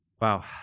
Wow